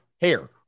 Hair